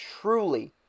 truly